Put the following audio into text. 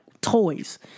toys